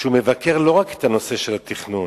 הוא מבקר לא רק את הנושא של התכנון,